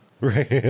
Right